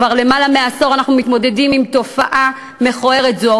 כבר למעלה מעשור אנחנו מתמודדים עם תופעה מכוערת זו,